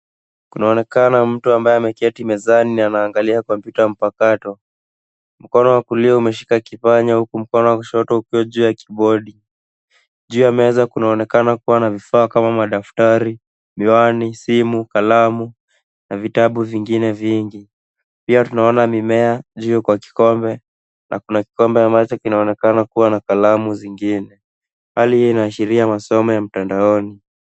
Kunaonekana mtu ambaye ameketi mezani na anaangalia kompyuta mpakato. Mkono wa kulia umeshika kipanya huku mkono wa kushoto ukiwa juu ya kibodi. Juu ya meza kunaonekana kuwa na vifaa kama madaftari, miwani, simu, kalamu na vitabu vingine vingi. Pia tunaona mimea juu kwa kikombe na kuna kikombe ambacho kinaonekana kuwa na kalamu zingine. Hali hii inaashiria masomo ya mtandaoni.